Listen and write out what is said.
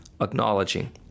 acknowledging